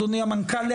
אדוני המנכ"ל,